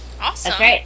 awesome